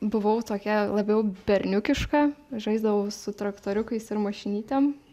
buvau tokia labiau berniukiška žaisdavau su traktoriukais ir mašinytėm